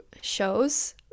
shows